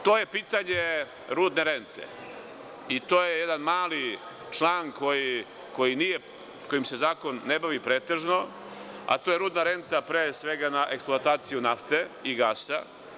To je pitanje rudne rente i to je jedan mali član kojim se zakon ne bavi pretežno, a to je rudna renta pre svega na eksploataciju nafte i gasa.